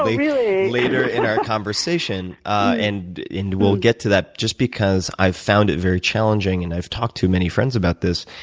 really? later in our conversation and we'll get to that just because i found it very challenging and i've talked to many friends about this.